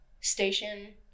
station